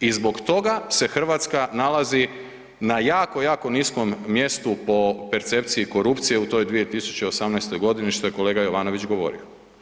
I zbog toga se Hrvatska nalazi na jako, jako niskom mjestu po percepciji korupcije u toj 2018. g., što je kolega Jovanović govorio.